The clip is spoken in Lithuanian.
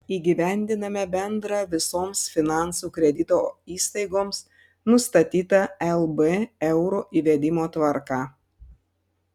įgyvendiname bendrą visoms finansų kredito įstaigoms nustatytą lb euro įvedimo tvarką